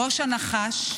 ראש הנחש,